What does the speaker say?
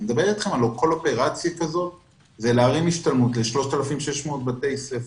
כל אופרציה כזאת זה להרים השתלמות ל-3,600 בתי ספר.